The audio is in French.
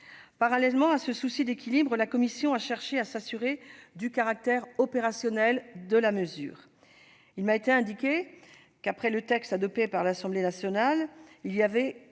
Parallèlement à ce souci d'équilibre, la commission a cherché à s'assurer du caractère opérationnel de la mesure. Il m'a été indiqué que le texte adopté par l'Assemblée nationale suscitait